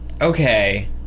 Okay